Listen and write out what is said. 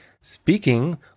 Speaking